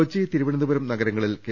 കൊച്ചി തിരുവനന്തപുരം നഗരങ്ങളിൽ കെ